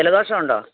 ജലദോഷമുണ്ടോ